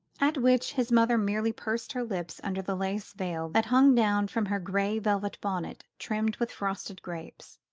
at which his mother merely pursed her lips under the lace veil that hung down from her grey velvet bonnet trimmed with frosted grapes.